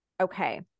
okay